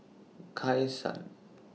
Kai San